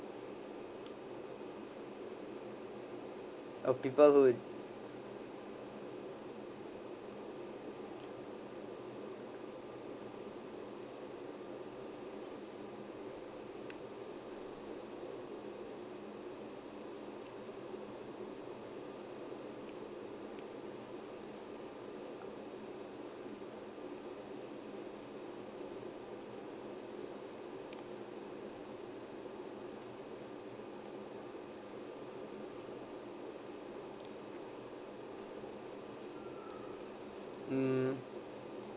or people who mm